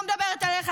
אני לא מדברת עליך.